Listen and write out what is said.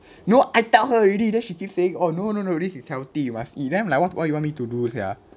no I tell her already then she keep saying oh no no no this is healthy must eat then I'm like what what you want me to do with it ah